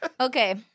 Okay